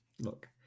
look